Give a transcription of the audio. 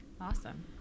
Awesome